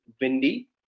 windy